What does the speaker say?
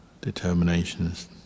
determinations